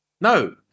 No